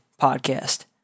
Podcast